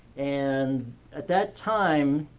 and at that time,